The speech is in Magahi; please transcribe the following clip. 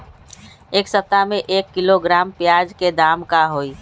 एक सप्ताह में एक किलोग्राम प्याज के दाम का होई?